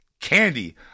Candy